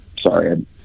Sorry